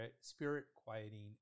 spirit-quieting